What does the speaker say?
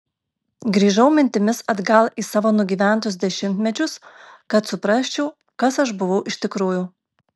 grįžau mintimis atgal į savo nugyventus dešimtmečius kad suprasčiau kas aš buvau iš tikrųjų